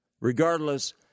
regardless